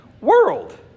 world